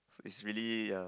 it's really uh